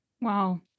Wow